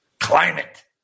Climate